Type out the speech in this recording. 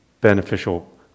beneficial